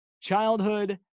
childhood